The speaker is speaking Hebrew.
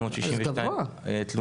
זה גבוה.